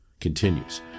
Continues